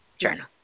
journal